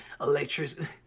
electricity